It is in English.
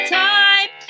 time